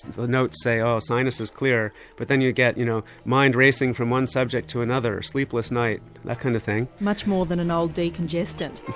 the notes say ah sinuses clear. but then you'd get you know mind racing from one subject to another, a sleepless night. that kind of thing. much more than an old decongestant?